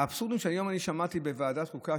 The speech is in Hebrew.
האבסורדים שהיום אני שמעתי בוועדת החוקה,